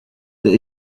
that